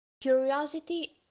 Curiosity